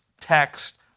text